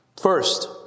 first